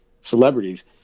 celebrities